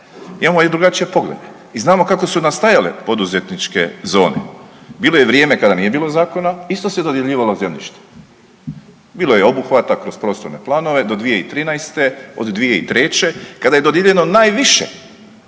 imamo i drugačije poglede i znamo kako su nastajala poduzetničke zone. Bilo je vrijeme kada nije bilo zakona, isto se dodjeljivalo zemljište. Bilo je obuhvata kroz prostorne planove do 2013., od 2003. kada je dodijeljeno najviše